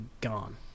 gone